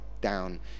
down